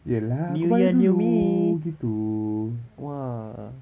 new year new me !wah!